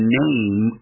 name